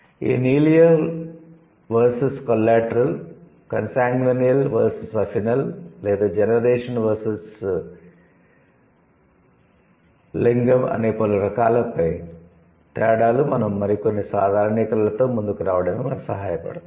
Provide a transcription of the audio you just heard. ఈ 'lineal' versus 'collateral' 'consanguineal' versus 'affinal' లేదా 'generation' versus 'లింగం' అనే పలు రకాలైన తేడాలు మనం మరికొన్ని సాధారణీకరణలతో ముందుకు రావడానికి మనకు సహాయపడతాయి